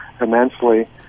immensely